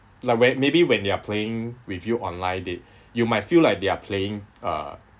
like when maybe when they are playing with you online they you might feel like they are playing uh